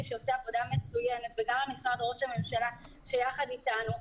שעושה עבודה מצוינת וגם משרד ראש הממשלה שיחד איתנו,